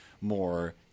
more